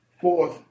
Fourth